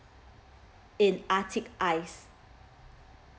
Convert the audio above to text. in arctic ice